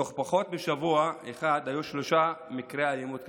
תוך פחות משבוע אחד היו שלושה מקרי אלימות קשים: